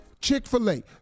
Chick-fil-A